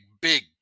big